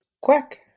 quack